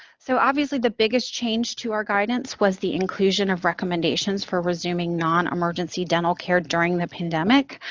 so obviously, the biggest change to our guidance was the inclusion of recommendations for resuming non emergency dental care during the pandemic.